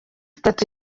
itatu